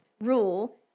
rule